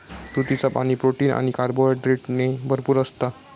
तुतीचा पाणी, प्रोटीन आणि कार्बोहायड्रेटने भरपूर असता